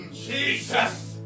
Jesus